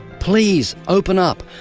please open up,